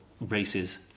races